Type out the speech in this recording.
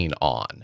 on